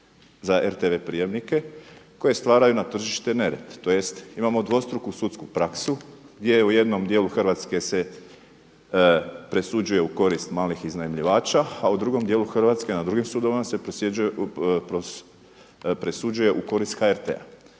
za RTV prijamnike koje stvaraju na tržištu nered tj. imamo dvostruku sudsku praksu gdje je u jednom djelu Hrvatske se presuđuje u korist malih iznajmljivača a u drugom djelu Hrvatske na drugim sudovima se presuđuje u korist HRT-a.